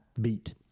beat